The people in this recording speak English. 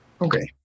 Okay